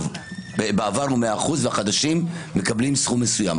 בעבר הוא מאה אחוז והחדשים מקבלים סכום מסוים.